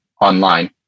online